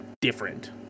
different